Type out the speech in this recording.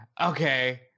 okay